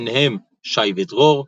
ביניהן "שי ודרור",